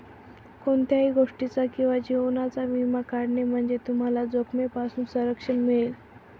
कोणत्याही गोष्टीचा किंवा जीवनाचा विमा काढणे म्हणजे तुम्हाला जोखमीपासून संरक्षण मिळेल